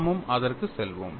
நாமும் அதற்கு செல்வோம்